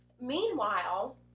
meanwhile